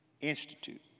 Institute